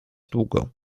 długo